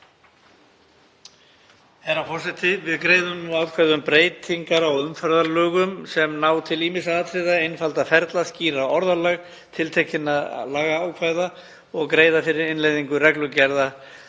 Herra forseti. Við greiðum nú atkvæði um breytingar á umferðarlögum sem ná til ýmissa atriða, að einfalda ferla, skýra orðalag tiltekinna lagaákvæða og greiða fyrir innleiðingu reglugerða